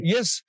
Yes